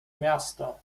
miasto